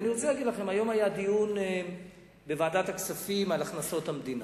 ואני רוצה להגיד לכם: היום היה בוועדת הכספים דיון על הכנסות המדינה.